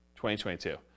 2022